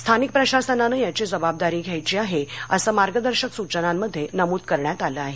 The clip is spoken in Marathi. स्थानिक प्रशासनानं याची जबाबदारी घ्यायची आहे असं मार्गदर्शक सूचनांमध्ये नमूद करण्यात आलं आहे